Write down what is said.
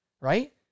right